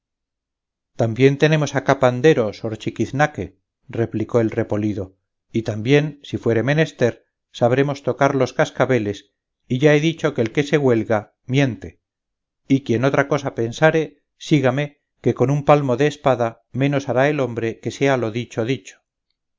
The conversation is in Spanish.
también tenemos acá pandero sor chiquiznaque replicó el repolido y también si fuere menester sabremos tocar los cascabeles y ya he dicho que el que se huelga miente y quien otra cosa pensare sígame que con un palmo de espada menos hará el hombre que sea lo dicho dicho